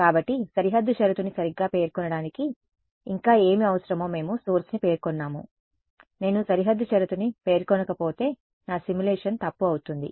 కాబట్టి సరిహద్దు షరతుని సరిగ్గా పేర్కొనడానికి ఇంకా ఏమి అవసరమో మేము సోర్స్ ని పేర్కొన్నాము నేను సరిహద్దు షరతు ని పేర్కొనకపోతే నా సిమ్యులేషన్ తప్పు అవుతుంది